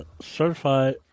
certified